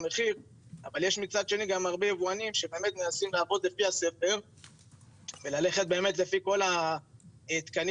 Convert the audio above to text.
ב-42% מהם נמצאו אי התאמות וליקויים מהדרישות של התקן